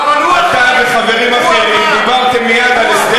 אתה וחברים אחרים דיברתם מייד על הסדר